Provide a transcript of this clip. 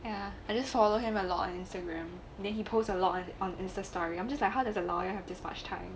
ya I just follow him a lot on instagram then he post a lot on insta story I'm just like how does a lawyer have this much time